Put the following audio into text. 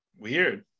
weird